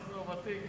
אני ותיק כבר.